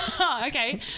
Okay